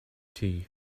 tea